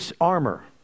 armor